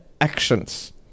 actions